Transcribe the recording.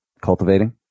cultivating